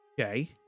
Okay